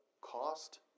cost